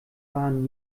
waren